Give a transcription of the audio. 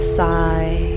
sigh